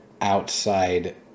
outside